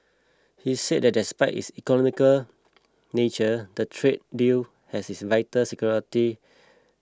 he said that despite its economic nature the trade deal has its vital security